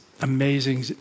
amazing